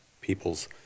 peoples